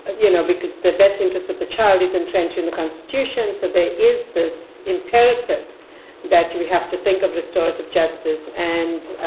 you know because the best interest of the child is entrenched in the constitution so there is this imperative that you have to think of restorative justice. and